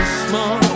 small